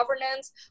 governance